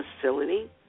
facility